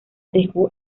dejó